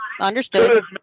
Understood